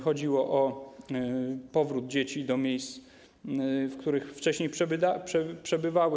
Chodziło o powrót dzieci do miejsc, w których wcześniej przebywały.